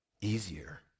Easier